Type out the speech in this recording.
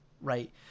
right